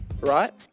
right